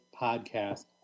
podcast